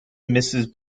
mrs